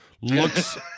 looks